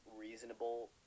reasonable